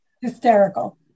hysterical